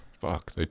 fuck